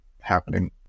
happening